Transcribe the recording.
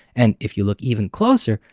and if you look even closer,